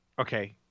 okay